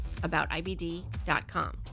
aboutibd.com